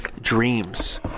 dreams